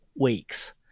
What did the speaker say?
weeks